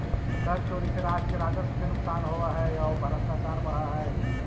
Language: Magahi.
कर चोरी से राष्ट्र के राजस्व के नुकसान होवऽ हई औ भ्रष्टाचार बढ़ऽ हई